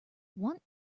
want